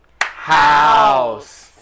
...house